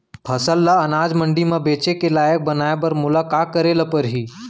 फसल ल अनाज मंडी म बेचे के लायक बनाय बर मोला का करे ल परही?